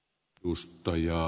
arvoisa puhemies